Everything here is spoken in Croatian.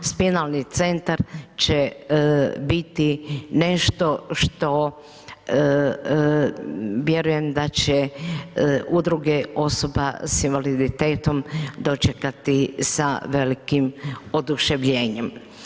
Spinalni centar će biti nešto što vjerujem da će Udruge osoba s invaliditetom dočekati sa velikim oduševljenjem.